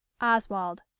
Oswald